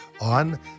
on